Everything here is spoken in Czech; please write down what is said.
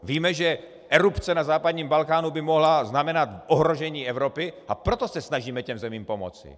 Víme, že erupce na západním Balkánu by mohla znamenat ohrožení Evropy, a proto se snažíme těm zemím pomoci.